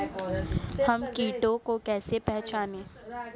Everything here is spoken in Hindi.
हम कीटों को कैसे पहचाने?